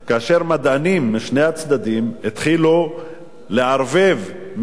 כאשר מדענים משני הצדדים התחילו לערבב מי